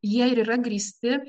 jie yra grįsti